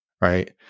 right